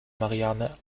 marianne